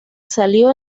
salió